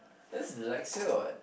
this is Dyslexia what